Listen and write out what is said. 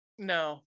no